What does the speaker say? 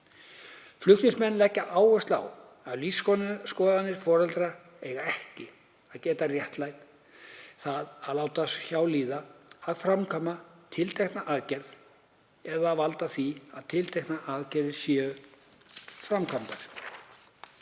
Flutningsmenn leggja áherslu á að lífsskoðanir foreldra eiga ekki að geta réttlætt það að láta hjá líða að framkvæma tiltekna aðgerð eða valda því að tilteknar aðgerðir séu framkvæmdar,